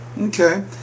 Okay